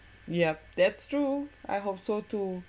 yup that's true I hope so too